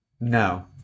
No